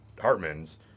Hartman's